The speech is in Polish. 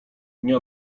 nie